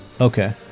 Okay